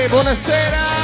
Buonasera